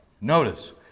Notice